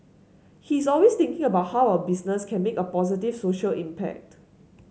he's always thinking about how our business can make a positive social impact